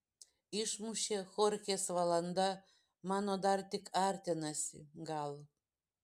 išmušė chorchės valanda mano dar tik artinasi gal